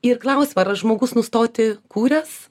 ir klausiama ar aš žmogus nustoti kūręs